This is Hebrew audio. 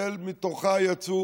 מתוכה יצאו